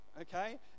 Okay